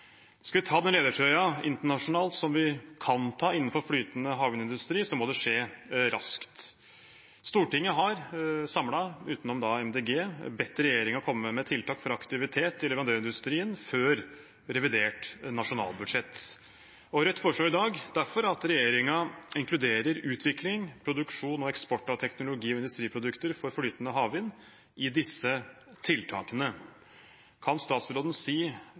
Skal vi ta den ledertrøya internasjonalt som vi kan ta innenfor flytende havvindindustri, må det skje raskt. Stortinget, utenom MDG, har samlet bedt regjeringen komme med tiltak for aktivitet i leverandørindustrien før revidert nasjonalbudsjett. Rødt foreslår derfor i dag at regjeringen inkluderer utvikling, produksjon og eksport av teknologi og industriprodukter for flytende havvind i disse tiltakene. Kan statsråden si